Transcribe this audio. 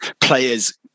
players